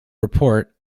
report